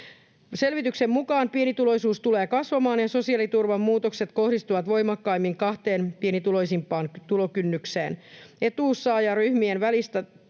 Selvityksen mukaan pienituloisuus tulee kasvamaan ja sosiaaliturvan muutokset kohdistuvat voimakkaimmin kahteen pienituloisimpaan tulokymmenykseen. Etuudensaajaryhmien välistä